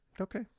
Okay